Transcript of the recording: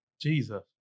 Jesus